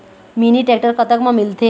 Mini tractor कतक म मिलथे?